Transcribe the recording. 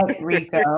Rico